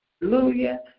hallelujah